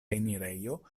enirejo